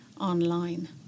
online